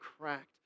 cracked